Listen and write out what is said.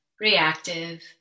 reactive